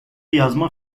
yazma